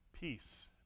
peace